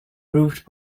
proved